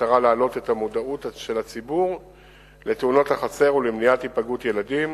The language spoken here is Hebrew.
במטרה להעלות את מודעות הציבור לתאונות חצר ולמניעת היפגעות ילדים.